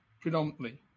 predominantly